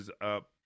up